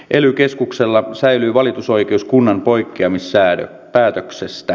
ely keskuksella säilyy valitusoikeus kunnan poikkeamispäätöksestä